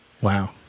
Wow